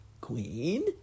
queen